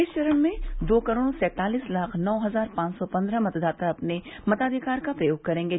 इस चरण में दो करोड़ सैंतालीस लाख नौ हज़ार पांव सै पन्द्रह मतदाता अपने मताधिकार का प्रयोग करेंगे